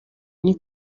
n’i